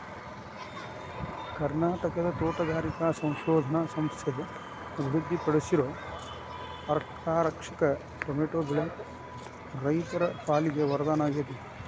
ಕರ್ನಾಟಕದ ತೋಟಗಾರಿಕಾ ಸಂಶೋಧನಾ ಸಂಸ್ಥೆ ಅಭಿವೃದ್ಧಿಪಡಿಸಿರೋ ಅರ್ಕಾರಕ್ಷಕ್ ಟೊಮೆಟೊ ಬೆಳೆ ರೈತರ ಪಾಲಿಗೆ ವರದಾನ ಆಗೇತಿ